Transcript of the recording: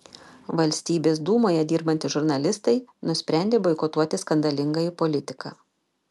valstybės dūmoje dirbantys žurnalistai nusprendė boikotuoti skandalingąjį politiką